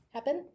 Happen